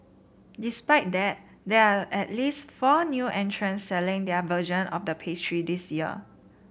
despite that there are at least four new entrants selling their version of the pastry this year